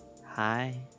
Hi